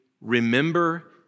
remember